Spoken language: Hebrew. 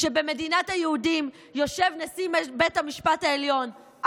שבמדינת היהודים יושב נשיא בית המשפט העליון,